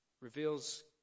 reveals